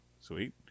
sweet